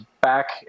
back